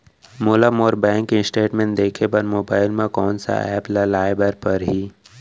मोला मोर bank statement देखे बर मोबाइल मा कोन सा एप ला लाए बर परही?